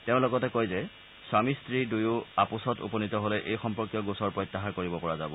তেওঁ লগতে কয় যে স্বামী স্তী দুয়ো আপোচত উপনীত হ'লে এই সম্পৰ্কীয় গোচৰ প্ৰত্যাহাৰ কৰিব পৰা যাব